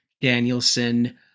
Danielson